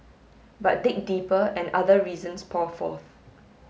but dig deeper and other reasons pour forth